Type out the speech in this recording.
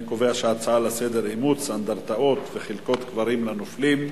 אני קובע שההצעה לסדר-היום: אימוץ אנדרטאות וחלקות קברים של נופלים,